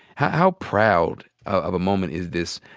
how proud of a moment is this,